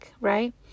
right